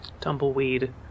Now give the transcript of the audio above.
Tumbleweed